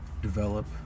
develop